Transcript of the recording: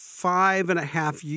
five-and-a-half